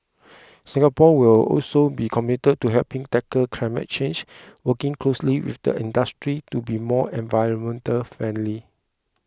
Singapore will also be committed to helping tackle climate change working closely with the industry to be more environmentally friendly